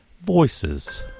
Voices